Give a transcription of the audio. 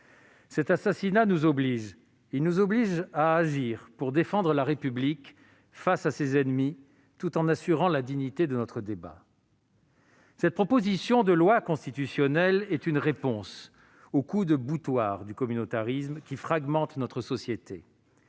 : il nous oblige à agir pour défendre la République face à ses ennemis, tout en assurant la dignité de notre débat. Cette proposition de loi constitutionnelle est une réponse aux « coups de boutoir » du communautarisme, qui fragmentent notre société.